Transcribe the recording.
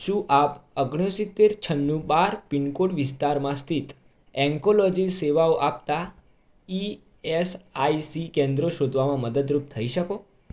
શું આપ ઓગણસિત્તેર છન્નું બાર પિનકોડ વિસ્તારમાં સ્થિત એન્કોલોજી સેવાઓ આપતાં ઇએસઆઇસી કેન્દ્રો શોધવામાં મદદરૂપ થઇ શકો